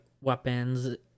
weapons